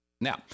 Now